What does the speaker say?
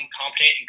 competent